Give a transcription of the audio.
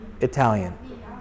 Italian